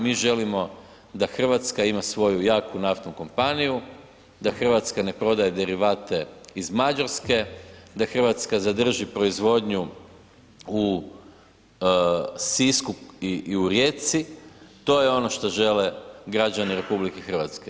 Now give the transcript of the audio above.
Mi želimo da Hrvatska ima svoju jaku naftnu kompaniju, da Hrvatska ne prodaje derivate iz Mađarske, da Hrvatska zadrži proizvodnju u Sisku i u Rijeci, to je ono što žele građani RH.